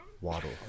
Waddle